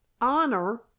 honor